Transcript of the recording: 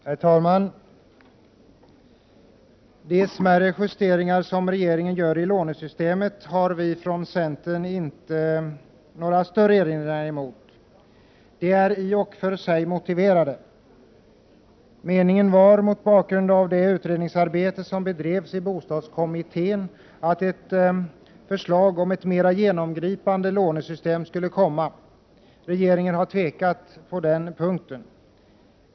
Herr talman! De smärre justeringar som regeringen gör i lånesystemet har vi från centern inte några större erinringar emot. De är i och för sig motiverade. Meningen var, mot bakgrund av det utredningsarbete som bedrevs i bostadskommittén, att ett förslag om ett mera genomgripande lånesystem skulle komma. Regeringen har tvekat.